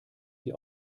die